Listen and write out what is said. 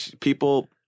people